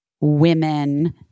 women